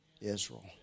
Israel